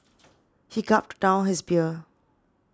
he gulped down his beer